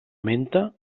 menta